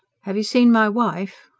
have you seen my wife?